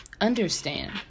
understand